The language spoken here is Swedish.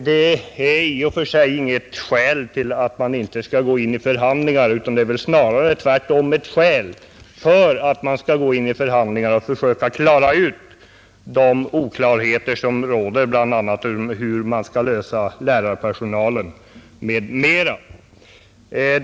Detta är i och för sig inget skäl till att inte gå in i förhandlingar, utan det är väl snarare just ett skäl att gå in i förhandlingar för att försöka få bort de oklarheter som råder när det gäller lärarpersonalen m.m.